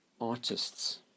artists